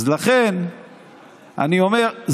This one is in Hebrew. אז לכן אני אומר,